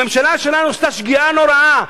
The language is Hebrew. הממשלה שלנו עשתה שגיאה נוראה,